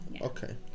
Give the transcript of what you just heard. okay